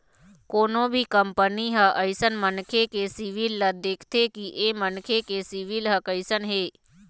कोनो भी कंपनी ह अइसन मनखे के सिविल ल देखथे कि ऐ मनखे के सिविल ह कइसन हे